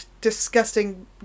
disgusting